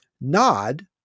Nod